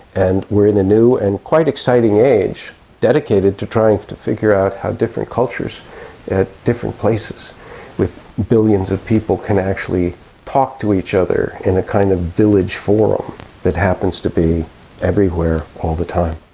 and we are in a new and quite exciting age dedicated to trying to figure out how different cultures at different places with billions of people can actually talk to each other in a kind of village forum that happens to be everywhere all the time.